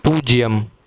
பூஜ்யம்